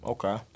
Okay